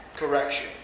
correction